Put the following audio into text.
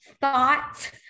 thoughts